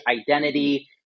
identity